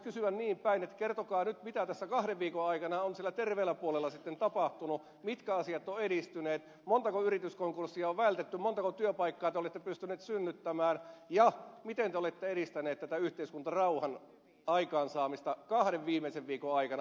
voisi kysyä niinpäin että kertokaa nyt mitä tässä kahden viikon aikana on sillä terveellä puolella sitten tapahtunut mitkä asiat ovat edistyneet montako yrityskonkurssia on vältetty montako työpaikkaa te olette pystyneet synnyttämään ja miten te olette edistäneet tätä yhteiskuntarauhan aikaansaamista kahden viimeisen viikon aikana